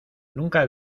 nunca